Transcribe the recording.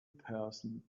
person